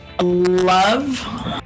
Love